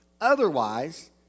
Otherwise